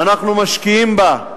ואנחנו משקיעים בה,